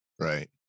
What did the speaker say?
Right